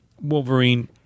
Wolverine